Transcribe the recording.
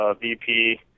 VP